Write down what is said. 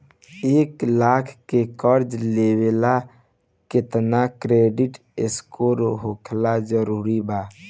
एक लाख के कर्जा लेवेला केतना क्रेडिट स्कोर होखल् जरूरी बा?